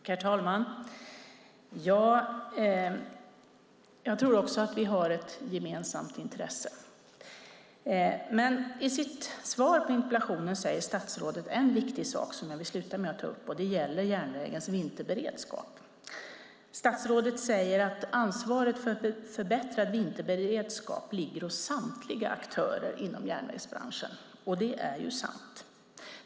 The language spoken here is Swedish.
Herr talman! Jag tror också att vi har ett gemensamt intresse. I sitt interpellationssvar säger statsrådet en viktig sak som jag vill ta upp avslutningsvis. Det gäller järnvägens vinterberedskap. Statsrådet säger att ansvaret för förbättrad vinterberedskap ligger hos samtliga aktörer inom järnvägsbranschen, och det är sant.